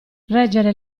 reggere